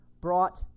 brought